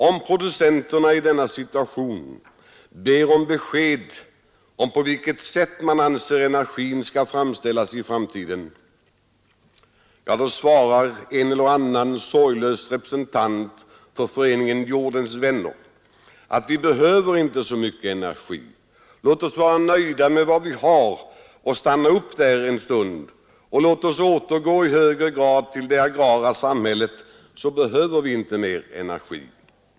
Om producenterna i denna situation ber om besked i fråga om sättet att framställa energi i framtiden, svarar en eller annan sorglös representant för föreningen ”Jordens vänner” att vi inte behöver så mycket energi. Låt oss vara nöjda med vad vi har och stanna upp där en stund, och låt oss återgå i högre grad till det agrara samhället, så behöver vi inte mer energi.